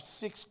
six